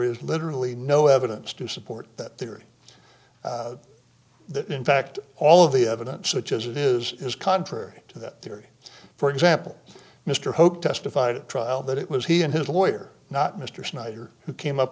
is literally no evidence to support that theory that in fact all of the evidence such as it is is contrary to that theory for example mr hope testified at trial that it was he and his lawyer not mr snyder who came up